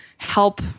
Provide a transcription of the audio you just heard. help